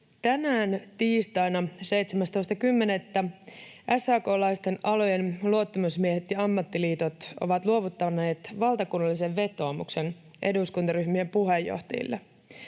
Tänään tiistaina 17.10. SAK:laisten alojen luottamusmiehet ja ammattiliitot ovat luovuttaneet valtakunnallisen vetoomuksen eduskuntaryhmien puheenjohtajille.